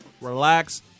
relax